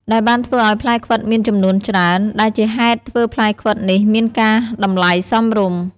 ដែលបានធ្វើឲ្យផ្លែខ្វិតមានចំនួនច្រើន ដែលជាហេតុធ្វើផ្លែខ្វិតនេះមានការតម្លៃ សមរម្យ ។